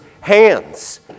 hands